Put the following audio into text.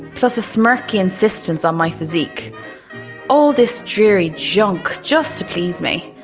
plus a smirky insistence on my physique all this dreary junk just to please me.